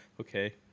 Okay